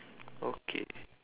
okay